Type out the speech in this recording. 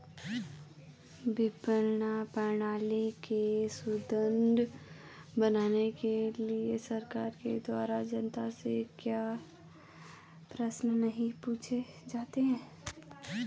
विपणन प्रणाली को सुदृढ़ बनाने के लिए सरकार के द्वारा जनता से क्यों प्रश्न नहीं पूछे जाते हैं?